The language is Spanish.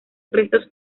restos